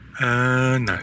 no